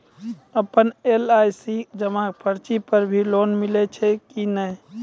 आपन एल.आई.सी जमा पर्ची पर भी लोन मिलै छै कि नै?